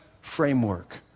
framework